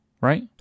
right